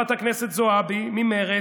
אצל חברת הכנסת זועבי ממרצ,